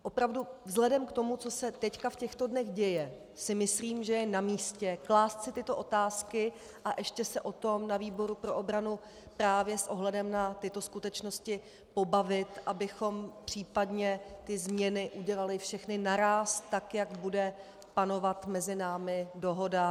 Opravdu vzhledem k tomu, co se teď v těchto dnech děje, si myslím, že je namístě klást si tyto otázky a ještě se o tom na výboru pro obranu právě s ohledem na tyto skutečnosti pobavit, abychom případně změny udělali všechny naráz tak, jak bude panovat mezi námi dohoda.